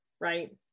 right